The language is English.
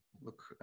Look